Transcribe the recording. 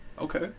Okay